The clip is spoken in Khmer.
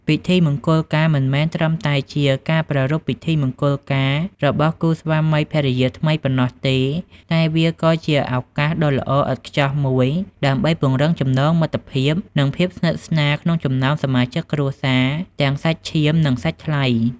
ពិធីមង្គលការមិនមែនត្រឹមតែជាការប្រារព្ធពិធីមង្គលការរបស់គូស្វាមីភរិយាថ្មីប៉ុណ្ណោះទេ តែវាក៏ជា ឱកាសដ៏ល្អឥតខ្ចោះមួយដើម្បីពង្រឹងចំណងមិត្តភាព និងភាពស្និទ្ធស្នាលក្នុងចំណោមសមាជិកគ្រួសារ ទាំងសាច់ឈាម និងសាច់ថ្លៃ។